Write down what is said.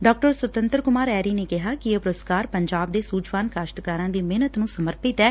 ਡਾ ਸੁਤੰਤਰ ਕੁਮਾਰ ਐਰੀ ਨੇ ਕਿਹਾ ਕਿ ਇਹ ਪੁਰਸਕਾਰ ਪੰਜਾਬ ਦੇ ਸੁਝਵਾਨ ਕਾਸ਼ਤਕਾਰਾਂ ਦੀ ਮਿਹਨਤ ਨੂੰ ਸਮਰਪਿਤ ਐ